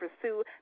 pursue